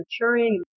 maturing